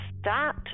start